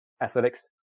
athletics